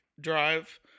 drive